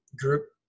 group